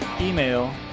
email